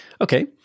okay